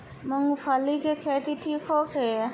मूँगफली के खेती ठीक होखे?